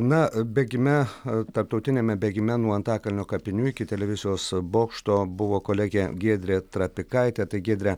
na bėgime tarptautiniame bėgime nuo antakalnio kapinių iki televizijos bokšto buvo kolegė giedrė trapikaitė tai giedre